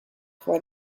for